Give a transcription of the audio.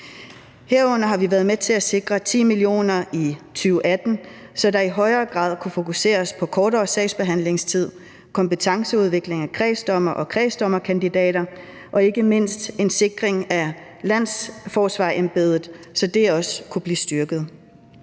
Herunder har vi været med til at sikre 10 mio. kr. i 2018, så der i højere grad kan fokuseres på kortere sagsbehandlingstid, kompetenceudvikling af kredsdommere og kredsdommerkandidater og ikke mindst en sikring af landsforsvarerembedet, så det også kunne blive styrket.